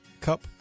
cup